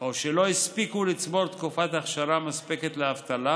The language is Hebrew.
או שלא הספיקו לצבור תקופת אכשרה מספקת לאבטלה